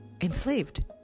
enslaved